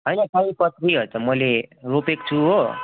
होइन सयपत्रीहरू त मैले रोपेको छु हो